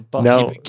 No